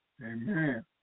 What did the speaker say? Amen